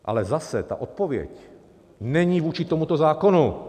Ale zase, ta odpověď není vůči tomuto zákonu.